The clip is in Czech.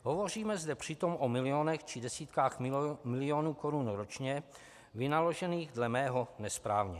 Hovoříme zde přitom o milionech či desítkách milionů korun ročně, vynaložených dle mého nesprávně.